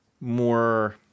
more